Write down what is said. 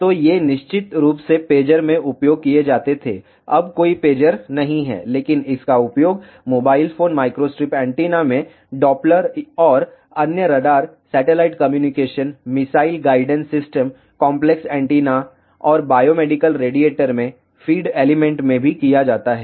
तो ये निश्चित रूप से पेजर में उपयोग किए जाते थे अब कोई पेजर नहीं हैं लेकिन इसका उपयोग मोबाइल फोन माइक्रोस्ट्रिप एंटीना में डॉपलर और अन्य radar satellite communication missile guidance system complex antenna और बायोमेडिकल रेडिएटर में फ़ीड एलिमेंट में भी किया जाता है